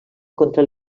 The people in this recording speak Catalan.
contra